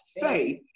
Faith